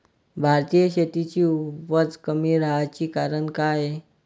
भारतीय शेतीची उपज कमी राहाची कारन का हाय?